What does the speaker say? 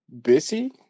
busy